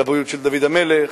לבריאות של דוד המלך,